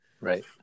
right